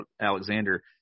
Alexander